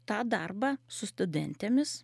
tą darbą su studentėmis